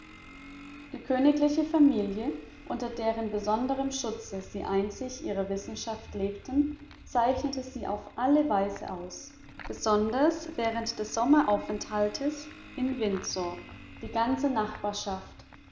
die königliche familie unter deren besonderem schutze sie einzig ihrer wissenschaft lebten zeichnete sie auf alle weise aus besonders während des sommeraufenthaltes in windsor die ganze nachbarschaft